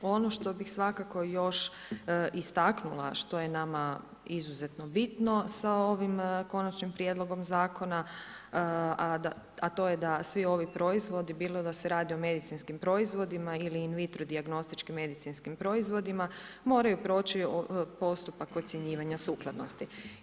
Ono što bih svakako još istaknula što je nama izuzetno bitno sa ovim Konačnim prijedlogom zakona, a to je da svi ovi proizvodi bilo da se radi o medicinskim proizvodima ili invitro dijagnostičkim medicinskim proizvodima moraju proći postupak ocjenjivanja sukladnosti.